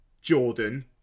Jordan